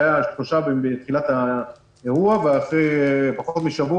שהיו שלושה בתחילת האירוע ואחרי פחות משבוע